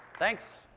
thanks.